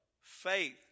Faith